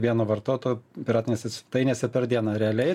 vieno vartotojo piratinėse svetainėse per dieną realiai